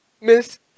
Miss